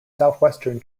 southwestern